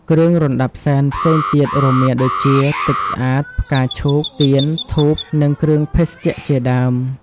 គ្រឿងរណ្តាប់សែនផ្សេងទៀតរួមមានដូចជា ទឹកស្អាត ផ្កាឈូក ទៀន ធូប និងគ្រឿងភេសជ្ជៈជាដើម។